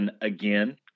again